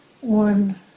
one